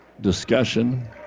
discussion